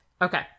okay